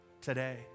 today